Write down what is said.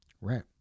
Right